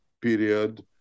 period